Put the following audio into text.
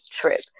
trip